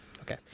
Okay